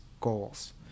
goals